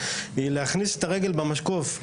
היא להכניס את הרגל במשקוף,